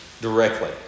directly